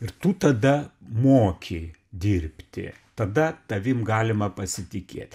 ir tu tada moki dirbti tada tavim galima pasitikėt